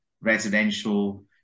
residential